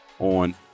On